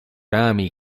rami